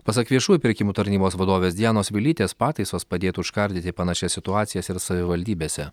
pasak viešųjų pirkimų tarnybos vadovės dianos vilytės pataisos padėtų užkardyti panašias situacijas ir savivaldybėse